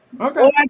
okay